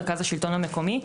מרכז השלטון המקומי.